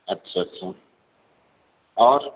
اچھا اچھا اور